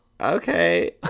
okay